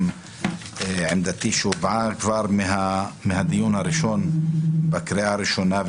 עמדתי שהובעה כבר מהדיון הראשון בקריאה הראשונה,